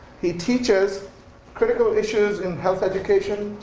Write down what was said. he teaches critical issues in health education,